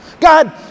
God